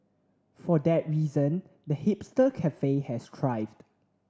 for that reason the hipster cafe has thrived